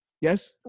yes